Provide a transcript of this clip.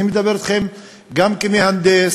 אני מדבר אתכם גם כמהנדס,